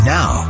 Now